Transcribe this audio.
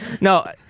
No